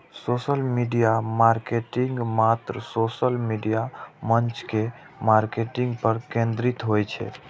social media marketing मात्र social media मंच के मार्केटिंग पर केंद्रित होइ छै